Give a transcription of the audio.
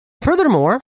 Furthermore